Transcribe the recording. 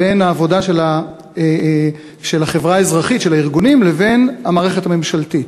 בין העבודה של החברה האזרחית של הארגונים לבין המערכת הממשלתית.